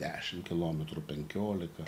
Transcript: dešimt kilometrų penkiolika